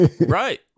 right